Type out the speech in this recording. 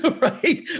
right